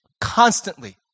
constantly